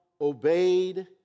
obeyed